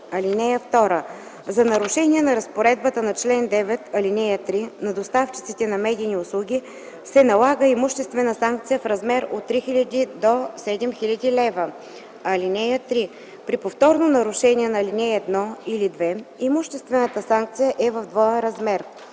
лв. (2) За нарушение на разпоредбата на чл. 9, ал. 3 на доставчиците на медийни услуги се налага имуществена санкция в размер от 3000 до 7000 лв. (3) При повторно нарушение по ал. 1 или 2 имуществената санкция е в двоен размер.”